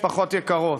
משפחות יקרות.